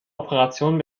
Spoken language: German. operation